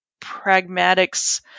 pragmatics